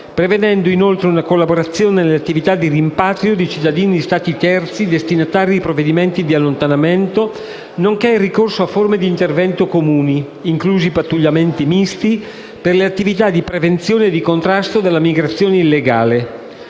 prevedendo anche una collaborazione nelle attività di rimpatrio di cittadini di Stati terzi destinatari di provvedimenti di allontanamento nonché il ricorso a forme di intervento comuni (inclusi i pattugliamenti misti), per le attività di prevenzione e contrasto della migrazione illegale.